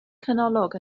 canolog